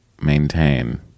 maintain